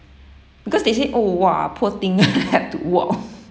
because they say oh !wah! poor thing have to walk